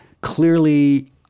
clearly